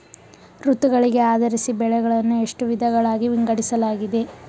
ಋತುಗಳಿಗೆ ಆಧರಿಸಿ ಬೆಳೆಗಳನ್ನು ಎಷ್ಟು ವಿಧಗಳಾಗಿ ವಿಂಗಡಿಸಲಾಗಿದೆ?